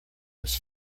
was